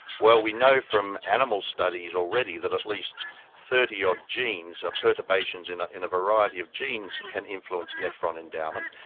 well, we know from animal studies already that at least thirty odd genes are perturbations in ah in a variety of genes can influence nephron endowment.